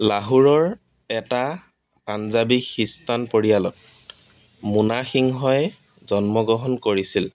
লাহোৰৰ এটা পাঞ্জাবী খ্ৰীষ্টান পৰিয়ালত মোনা সিংহই জন্মগ্ৰহণ কৰিছিল